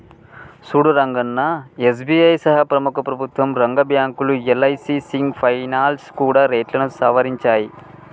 సూడు రంగన్నా ఎస్.బి.ఐ సహా ప్రముఖ ప్రభుత్వ రంగ బ్యాంకులు యల్.ఐ.సి సింగ్ ఫైనాల్స్ కూడా రేట్లను సవరించాయి